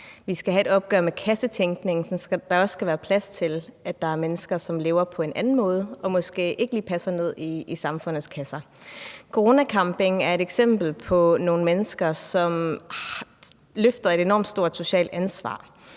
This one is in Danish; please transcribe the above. vi skal have et opgør med kassetænkningen, sådan at der også er plads til, at der er mennesker, som lever på en anden måde, og som måske ikke lige passer ind i samfundets kasser. Corona Camping er et eksempel på nogle mennesker, som løfter et enormt stort socialt ansvar,